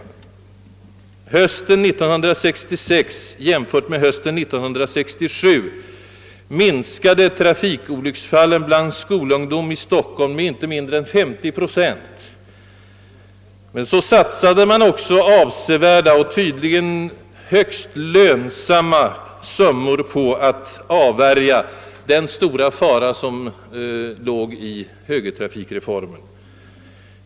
Från hösten 1966 till hösten 1967 minskade trafikolycksfallen bland skolungdom i Stockholm med inte mindre än 50 procent, men så satsade man också avsevärda och tydligen högst lönsamma summor på att avvärja den stora trafiksäkerhetsfara som låg i övergången till högertrafik.